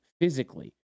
physically